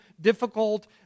difficult